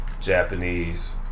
Japanese